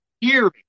hearing